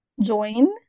join